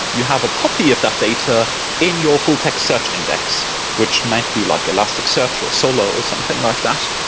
you have a copy of that data in your full text search index which might be like elastic search, or solo or something like that.